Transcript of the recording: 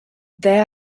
there